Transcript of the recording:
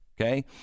okay